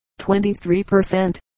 23%